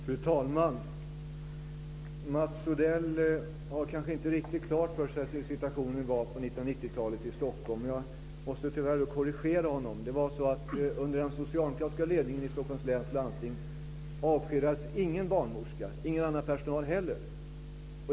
Fru talman! Mats Odell har kanske inte riktigt klart för sig hur situationen var i Stockholm på 1990 talet. Jag måste tyvärr korrigera honom. Under den socialdemokratiska ledningen i Stockholms läns landsting avskedades ingen barnmorska och ingen annan personal heller.